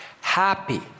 Happy